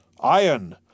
iron